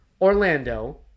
Orlando